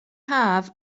haf